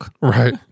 Right